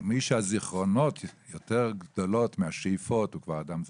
מי שהזיכרונות יותר גדולים מהשאיפות הוא כבר אדם זקן.